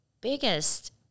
biggest